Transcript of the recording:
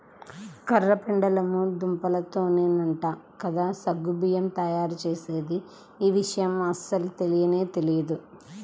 కర్ర పెండలము దుంపతోనేనంట కదా సగ్గు బియ్యం తయ్యారుజేసేది, యీ విషయం అస్సలు తెలియనే తెలియదు